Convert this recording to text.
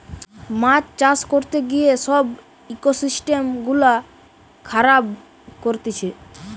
মাছ চাষ করতে গিয়ে সব ইকোসিস্টেম গুলা খারাব করতিছে